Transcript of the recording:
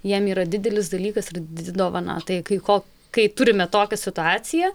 jiem yra didelis dalykas ir didi dovana tai kai ko kai turime tokią situaciją